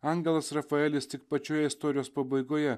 angelas rafaelis tik pačioje istorijos pabaigoje